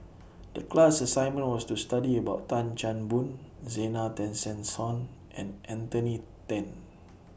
The class assignment was to study about Tan Chan Boon Zena Tessensohn and Anthony Then